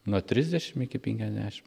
nuo trisdešimt iki penkiasdešimt